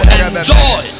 enjoy